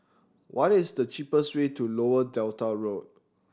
what is the cheapest way to Lower Delta Road